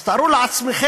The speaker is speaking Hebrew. אז תארו לעצמכם